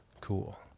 cool